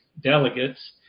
delegates